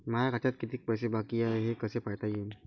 माया खात्यात कितीक पैसे बाकी हाय हे कस पायता येईन?